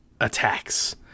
attacks